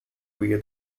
via